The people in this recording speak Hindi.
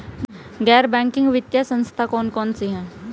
गैर बैंकिंग वित्तीय संस्था कौन कौन सी हैं?